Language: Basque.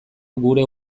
gure